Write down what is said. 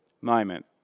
moment